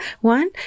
One